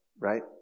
right